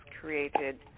created